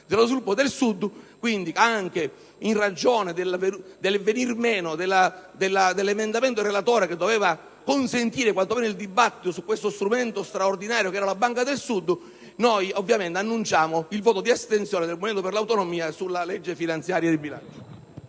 dello sviluppo del Sud, quindi anche in ragione del venir meno dell'emendamento del relatore che doveva consentire quantomeno il dibattito su quello strumento straordinario che era la Banca del Sud, annunciamo il voto di astensione del Movimento per le Autonomie sui disegni di legge finanziaria e di bilancio.